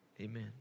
Amen